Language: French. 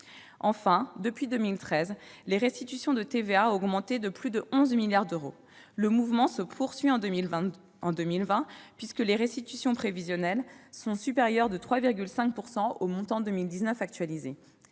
années. Depuis 2013, les restitutions de TVA ont augmenté de plus de 11 milliards d'euros. Le mouvement se poursuit en 2020, les restitutions prévisionnelles étant supérieures de 3,5 % au montant de 2019 actualisé.